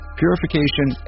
purification